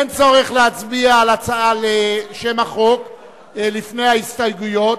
אין צורך להצביע על הצעה לשם החוק לפני ההסתייגויות,